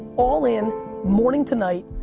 all-in, morning to night,